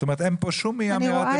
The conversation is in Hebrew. זאת אומרת אין פה שום אי אמירת אמת,